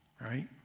Right